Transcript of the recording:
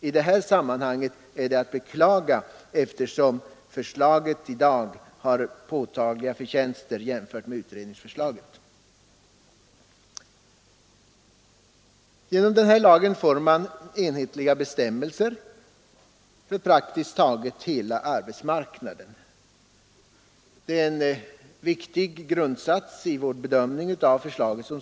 I detta fall är det att beklaga, eftersom förslaget i dag har påtagliga förtjänster jämfört med utredningsförslaget. p Genom denna lag får man enhetliga bestämmelser för praktiskt taget hela arbetsmarknaden. Detta är en viktig grund för vår bedömning av förslaget.